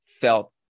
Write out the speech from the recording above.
felt